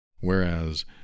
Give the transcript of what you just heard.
whereas